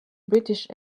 british